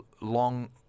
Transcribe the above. long